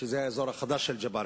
שזה האזור החדש של ג'באליה,